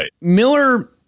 Miller